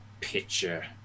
picture